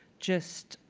just